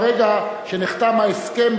ברגע שנחתם ההסכם,